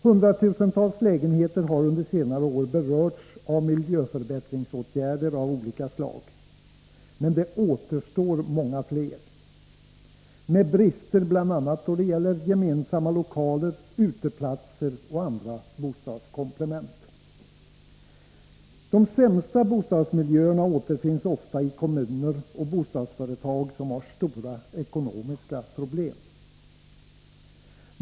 Hundratusentals lägenheter har under de senaste åren berörts av miljöförbättringsåtgärder av olika slag, men det återstår många fler som har brister, bl.a. då det gäller gemensamma lokaler, uteplatser och andra bostadskomplement. De sämsta bostadsmiljöerna återfinns ofta i kommuner och bostadsföretag som har stora ekonomiska problem.